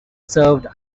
served